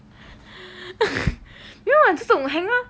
you know what 这种 hanger